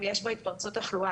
אם יש בו התפרצות תחלואה,